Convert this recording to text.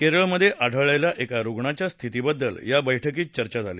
केरळमध्ये आढळलेल्या एका रुग्णाच्या स्थितीबद्दल या बैठकीत चर्चा झाली